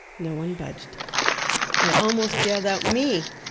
no one budged i almost yelled out me,